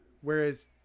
Whereas